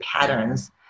patterns